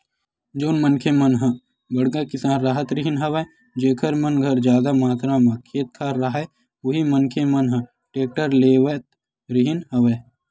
जउन मनखे मन ह बड़का किसान राहत रिहिन हवय जेखर मन घर जादा मातरा म खेत खार राहय उही मनखे मन ह टेक्टर लेवत रिहिन हवय